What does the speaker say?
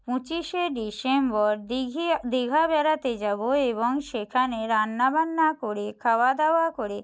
পঁচিশে ডিসেম্বর দিঘি দিঘা বেড়াতে যাব এবং সেখানে রান্না বান্না করে খাওয়া দাওয়া করে